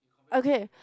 okay